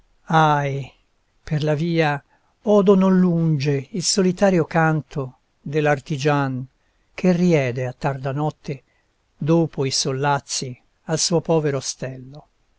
ahi per la via odo non lunge il solitario canto dell'artigian che riede a tarda notte dopo i sollazzi al suo povero ostello